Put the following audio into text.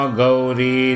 Gauri